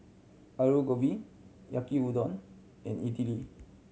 Alu Gobi Yaki Udon and Idili